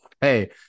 hey